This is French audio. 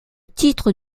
titre